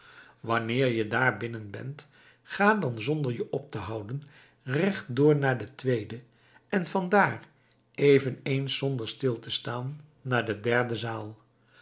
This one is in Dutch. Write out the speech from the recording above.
wanneer je daar binnen bent ga dan zonder je op te houden recht door naar de tweede en vandaar eveneens zonder stil te staan naar de derde zaal